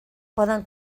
poden